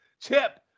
Chip